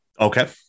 Okay